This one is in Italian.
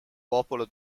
popolo